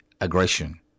aggression